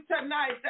tonight